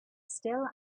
still